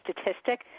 statistic